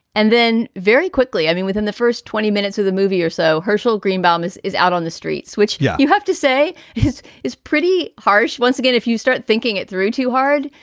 and then very quickly, i mean, within the first twenty minutes of the movie or so, hershel greenbaum is is out on the streets, which yeah you have to say is is pretty harsh once again, if you start thinking it through too hard.